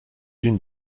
une